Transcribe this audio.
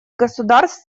государств